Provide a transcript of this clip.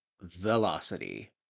Velocity